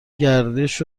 گردش